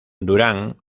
durán